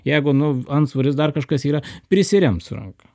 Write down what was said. jeigu nu antsvoris dar kažkas yra prisirems su ranka